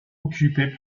occuper